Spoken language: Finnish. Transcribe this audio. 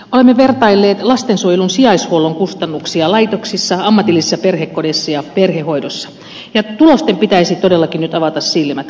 olemme vertailleet lastensuojelun sijaishuollon kustannuksia laitoksissa ammatillisissa perhekodeissa ja perhehoidossa ja tulosten pitäisi todellakin nyt avata silmät kaikkien silmät